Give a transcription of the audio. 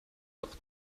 doch